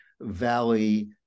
Valley